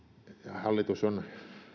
hallitus on